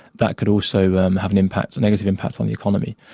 that could also um have an impact, a negative impact on the economy.